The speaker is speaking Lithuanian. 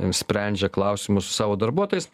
sprendžia klausimus su savo darbuotojais